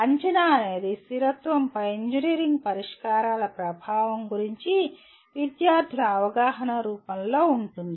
అంచనా అనేది స్థిరత్వంపై ఇంజనీరింగ్ పరిష్కారాల ప్రభావం గురించి విద్యార్థుల అవగాహన రూపంలో ఉంటుంది